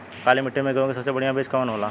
काली मिट्टी में गेहूँक सबसे बढ़िया बीज कवन होला?